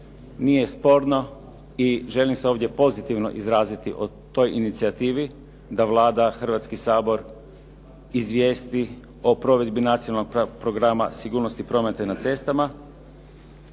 Nije sporno i želim se ovdje pozitivno izraziti o toj inicijativi da Vlada, Hrvatski sabor izvijesti o provedbi Nacionalnog programa sigurnosti prometa na cestama.